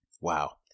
Wow